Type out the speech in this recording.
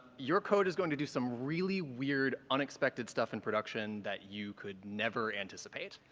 your code is going to do some really weird, unexpected stuff in production that you could never anticipate.